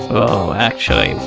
well, actually,